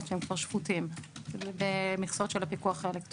שהם כבר שפוטים במכסות של הפיקוח האלקטרוני.